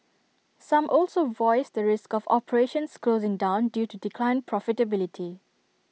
some also voiced the risk of operations closing down due to declined profitability